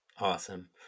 Awesome